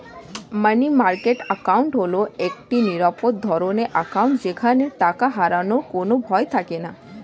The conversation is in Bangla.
মানি মার্কেট অ্যাকাউন্ট হল একটি নিরাপদ ধরনের অ্যাকাউন্ট যেখানে টাকা হারানোর কোনো ভয় থাকেনা